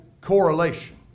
correlation